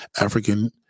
african